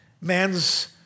Man's